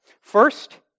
First